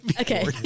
Okay